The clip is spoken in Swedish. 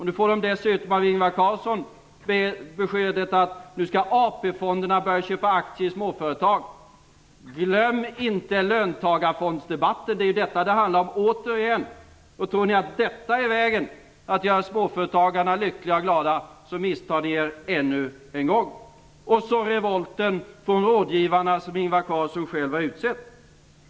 Nu får de dessutom beskedet av Ingvar Carlsson att AP-fonderna skall börja att köpa aktier i småföretag. Glöm inte löntagarfondsdebatten! Det är ju detta som det återigen handlar om. Tror ni att detta är vägen att göra småföretagarna glada och lyckliga, misstar ni er ännu en gång. Sedan har vi revolten från de rådgivare som Ingvar Carlsson själv har utsett.